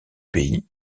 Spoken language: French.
pays